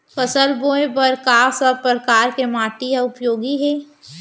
फसल बोए बर का सब परकार के माटी हा उपयोगी हे?